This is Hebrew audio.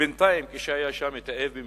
בינתיים כשהיה שם התאהב במישהי,